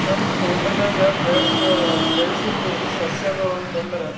ನಮ್ಮ ತೋಟದಾಗ ಬೆಳೆಸುವ ಬೆಳೆಸಿದ್ದು ಸಸ್ಯಗಳಂತೆಂದ್ರೆ